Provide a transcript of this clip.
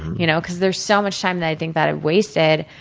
you know because there's so much time that i think that i've wasted,